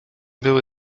były